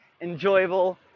enjoyable